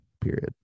Period